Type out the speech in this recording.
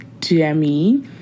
jamie